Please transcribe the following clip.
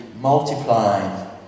multiplied